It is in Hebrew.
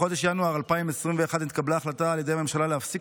בחודש ינואר 2021 נתקבלה החלטה על ידי הממשלה להפסיק